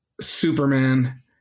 Superman